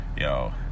Yo